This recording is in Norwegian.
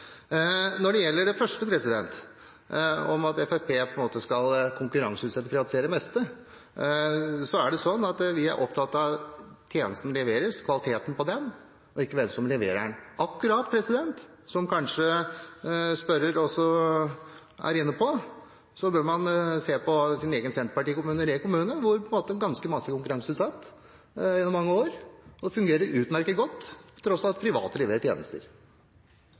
Når det gjelder det første, om at Fremskrittspartiet på en måte skal konkurranseutsette og privatisere det meste, er det sånn at vi er opptatt av at tjenesten leveres og av kvaliteten på den, ikke hvem som leverer den. Angående det som spørreren er inne på: Han bør se på sin egen kommune, senterpartikommunen Re, hvor ganske mye er konkurranseutsatt gjennom mange år. Det fungerer utmerket godt til tross for at private leverer tjenester.